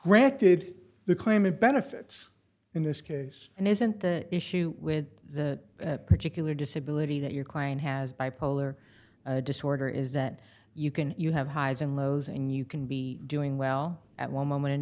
granted the claim of benefits in this case and isn't the issue with the particular disability that your client has bipolar disorder is that you can you have highs and lows and you can be doing well at one moment in